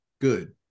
Good